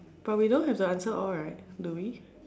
but we don't have to answer all right do we